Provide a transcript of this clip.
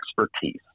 expertise